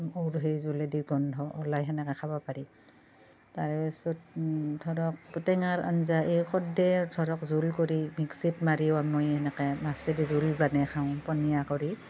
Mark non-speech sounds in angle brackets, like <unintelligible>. <unintelligible> গন্ধ ওলায় তেনেকৈ খাব পাৰি তাৰপিছত ধৰক টেঙাৰ আঞ্জা এই <unintelligible> ধৰক জোল কৰি মিক্সিত মাৰিও আমি এনেকৈ মাছে দি জোল বনাই খাওঁ পনীয়া কৰি